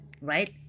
right